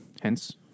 Hence